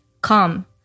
Come